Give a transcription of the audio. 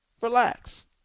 Relax